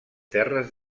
terres